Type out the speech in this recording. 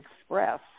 express